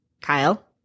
Kyle